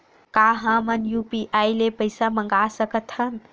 का हमन ह यू.पी.आई ले पईसा मंगा सकत हन?